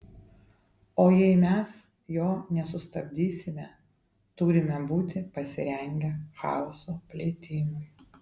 o jei mes jo nesustabdysime turime būti pasirengę chaoso plitimui